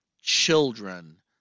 children